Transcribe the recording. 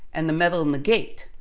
and the metal in the gate,